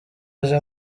aje